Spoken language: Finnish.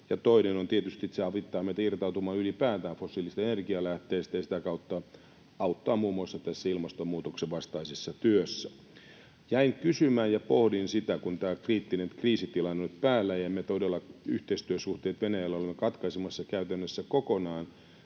toinen on tietysti se, että se avittaa meitä irtautumaan ylipäätään fossiilisista energialähteistä ja sitä kautta auttaa muun muassa ilmastonmuutoksen vastaisessa työssä. Jäin kysymään ja pohdin sitä, kun tämä kriittinen kriisitilanne on nyt päällä ja me todella olemme katkaisemassa yhteistyösuhteet Venäjälle käytännössä kokonaan: